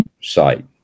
site